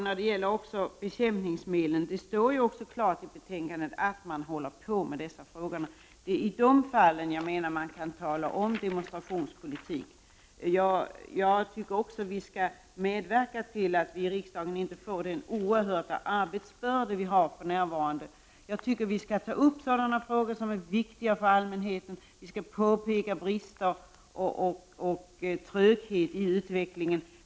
När det gäller bekämpningsmedel över huvud taget framgår det klart i betänkandet att man arbetar med dessa frågor. Det är i de fallen jag tycker att man kan tala om demonstrationspolitik. Jag tycker också att vi i riksdagen skall hjälpas åt så att vi inte behöver ha den oerhörda arbetsbörda vi har för närvarande. Jag tycker att vi skall ta upp frågor som är viktiga för allmänheten. Vi skall påpeka brister och tröghet i utvecklingen.